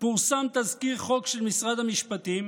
פורסם תזכיר חוק של משרד המשפטים